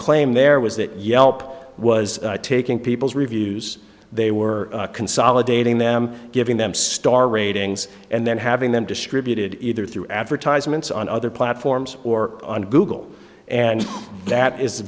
claim there was that yelp was taking people's reviews they were consolidating them giving them star ratings and then having them distributed either through advertisements on other platforms or on google and that is